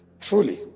Truly